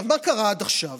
מה קרה עד עכשיו?